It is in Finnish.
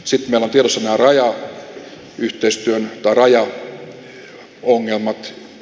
sitten meillä on tiedossa nämä rajaongelmat